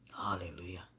Hallelujah